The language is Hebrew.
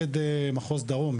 מפקד מחוז דרום,